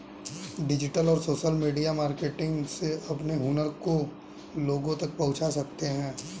digital और social media marketing से अपने हुनर को लोगो तक पहुंचा सकते है